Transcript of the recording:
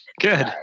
Good